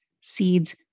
seeds